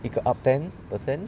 一个 up ten percent